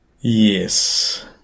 Yes